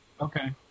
Okay